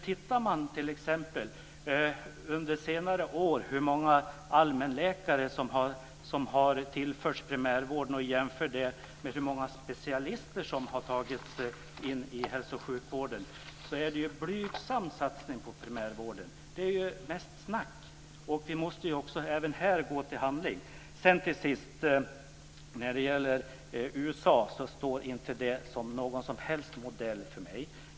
Tittar man t.ex. på hur många allmänläkare som har tillförts primärvården under senare år och jämför med hur många specialister som har tagits in i hälso och sjukvården är det en blygsam satsning på primärvården. Det är mest snack. Vi måste även här gå till handling. Till sist vill jag säga att USA inte står som någon som helst modell för mig.